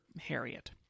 Harriet